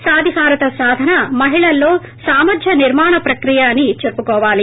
సాధికారత సాధన మహిళల్లో సామర్వ నిర్మాణ ప్రక్రియ అని చెప్పుకోవాలి